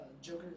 Joker